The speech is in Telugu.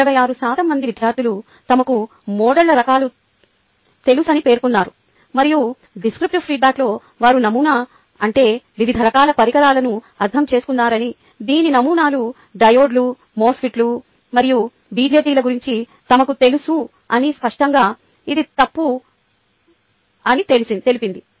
66 శాతం మంది విద్యార్థులు తమకు మోడళ్ల రకాలు తెలుసని పేర్కొన్నారు మరియు డేస్క్రిపటివ్ ఫీడ్బ్యాక్లో వారు నమూనా అంటే వివిధ రకాల పరికరాలను అర్థం చేసుకున్నారని దీని నమూనాలు డయోడ్ మోస్ఫెట్స్ మరియు బిజెటిల గురించి తమకు తెలుసునని స్పష్టంగా ఇది తప్పు అని తెలిపింది